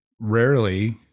rarely